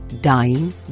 dying